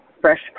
fresh